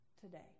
today